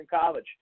college